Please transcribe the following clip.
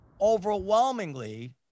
Overwhelmingly